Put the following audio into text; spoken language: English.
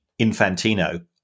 Infantino